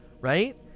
right